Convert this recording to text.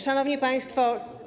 Szanowni Państwo!